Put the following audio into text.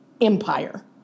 empire